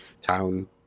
town